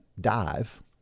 dive